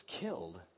killed